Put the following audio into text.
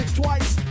twice